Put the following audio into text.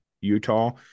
Utah